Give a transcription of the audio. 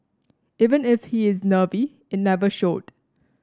even if he is nervy it never showed